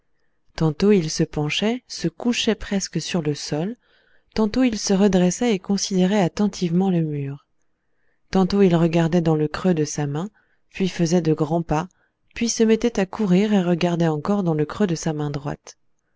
tantôt il se penchait se couchait presque sur le sol tantôt il se redressait et considérait attentivement le mur tantôt il regardait dans le creux de sa main puis faisait de grands pas puis se mettait à courir et regardait encore dans le creux de sa main droite